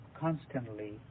constantly